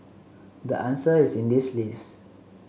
the answer is in this list